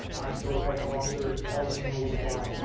i'm still a correctional officer, all the same rules apply.